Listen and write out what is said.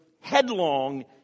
headlong